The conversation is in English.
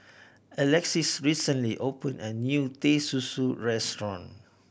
Alexis recently opened a new Teh Susu restaurant